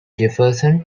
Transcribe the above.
jefferson